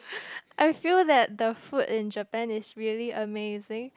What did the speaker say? I feel that the food in Japan is really amazing